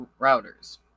routers